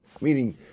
Meaning